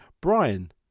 Brian